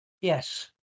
Yes